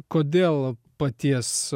kodėl paties